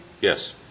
Yes